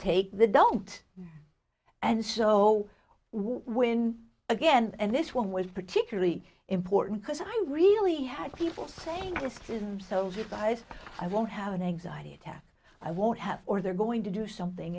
take the don't and so win again and this one was particularly important because i really had people saying christian soldier guys i won't have an anxiety attack i won't have or they're going to do something